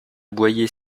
boyer